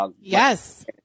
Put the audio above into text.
yes